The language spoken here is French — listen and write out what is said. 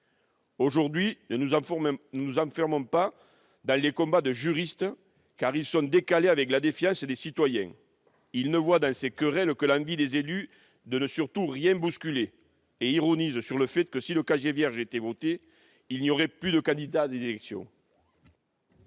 Aujourd'hui, ne nous enfermons pas dans les combats de juristes, car ceux-ci sont décalés avec la défiance des citoyens, qui ne voient dans ces querelles que l'envie des élus de ne surtout rien bousculer et ironisent sur le fait que si l'obligation de fournir un casier vierge était votée, il n'y aurait plus de candidat aux élections